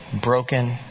Broken